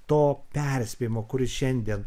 to perspėjimo kuris šiandien